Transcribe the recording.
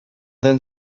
then